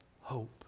hope